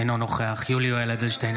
אינו נוכח יולי יואל אדלשטיין,